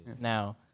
Now